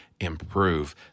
improve